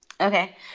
Okay